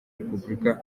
repubulika